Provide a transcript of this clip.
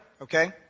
okay